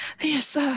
Yes